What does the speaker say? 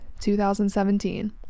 2017